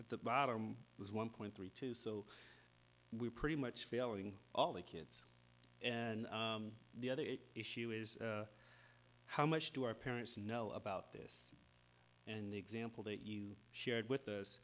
at the bottom was one point three two so we're pretty much failing all the kids the other issue is how much do our parents know about this and the example that you shared with us